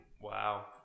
Wow